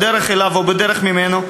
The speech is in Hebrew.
בדרך אליו או בדרך ממנו,